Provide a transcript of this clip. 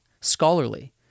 scholarly